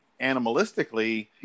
animalistically